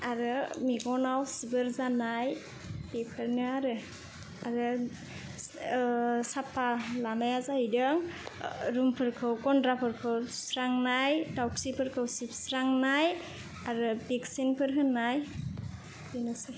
आरो मेगनाव सिबोर जानाय बेफोरनो आरो आरो साफा लानाया जाहैदों रुमफोरखौ गन्द्राफोरखौ सुस्रांनाय दाउखिफोरखौ सिबस्रांनाय आरो भेकसिनफोर होनाय बेनोसै